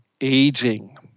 aging